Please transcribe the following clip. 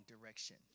direction